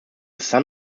son